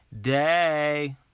day